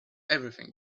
everything